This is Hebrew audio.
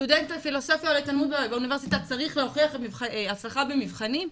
סטודנט לפילוסופיה באוניברסיטה צריך להוכיח הצלחה במבחנים?